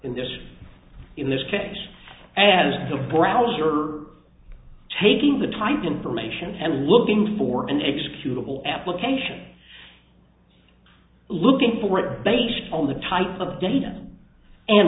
in this in this case as the browser taking the type information and looking for an executable application looking for it based on the type of data and